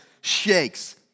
shakes